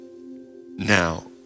Now